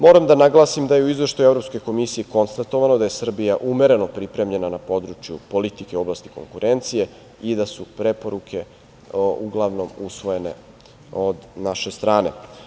Moram da naglasim da je u izveštaju EK konstatovano da je Srbija umereno pripremljena na području politike u oblasti konkurencije i da su preporuke uglavnom usvojene od naše strane.